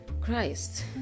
Christ